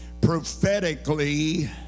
prophetically